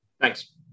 Thanks